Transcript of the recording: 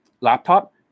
laptop